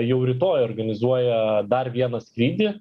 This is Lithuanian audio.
jau rytoj organizuoja dar vieną skrydį